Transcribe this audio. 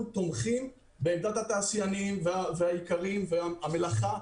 אנחנו תומכים בעמדת התעשיינים והאיכרים והמלאכה,